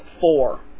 four